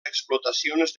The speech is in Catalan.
explotacions